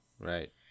Right